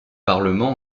parlement